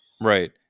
Right